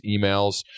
emails